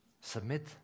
submit